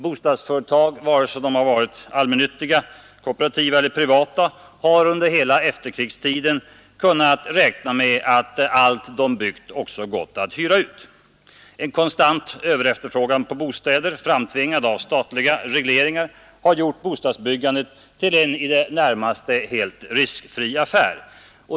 Bostadsföretag, allmännyttiga såväl som kooperativa och privata, har under hela efterkrigstiden kunnat räkna med att allt vad de byggt också har gått att hyra ut. En konstant överefterfrågan på bostäder, framtvingad av statliga regleringar, har gjort bostadsbyggandet till en i det närmaste helt riskfri affär.